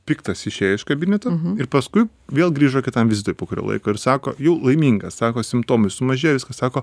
piktas išėjo iš kabineto ir paskui vėl grįžo kitam vizitui po kurio laiko ir sako jau laimingas sako simptomai sumažėjo viskas sako